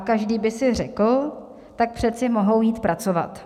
Každý by si řekl: tak přece mohou jít pracovat.